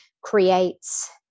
creates